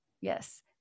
Yes